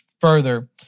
further